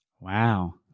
Wow